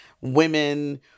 women